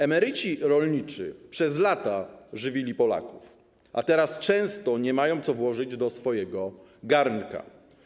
Emeryci rolniczy przez lata żywili Polaków, a teraz często nie mają co włożyć do swojego garnka.